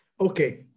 Okay